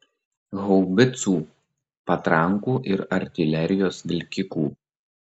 haubicų patrankų ir artilerijos vilkikų